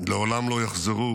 ולעולם לא יחזרו